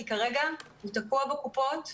כי כרגע הוא תקוע בקופות.